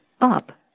up